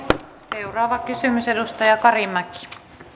seuraava kysymys edustaja karimäki